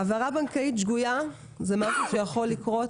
העברה בנקאית שגויה זה משהו שיכול לקרות